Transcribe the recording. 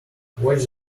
watch